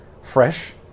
fresh